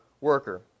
worker